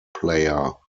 player